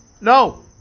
No